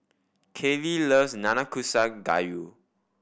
Kailey loves Nanakusa Gayu